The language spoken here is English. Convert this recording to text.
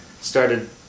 started